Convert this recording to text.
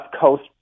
Coast